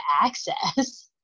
access